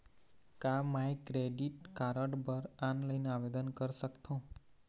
का मैं credit card बर ऑनलाइन आवेदन कर सकथों?